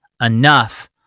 enough